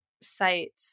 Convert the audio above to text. site